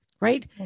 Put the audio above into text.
right